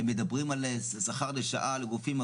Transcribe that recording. הם מדברים על שכר לשעה לגופים.